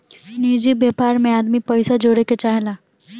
निजि व्यापार मे आदमी पइसा जोड़े के चाहेला